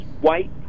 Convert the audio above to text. white